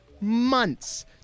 months